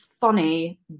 funny